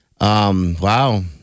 Wow